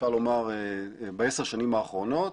אפשר לומר בעשר שנים האחרונות,